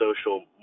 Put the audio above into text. social